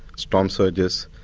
storm surges,